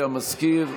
המזכיר,